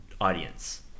audience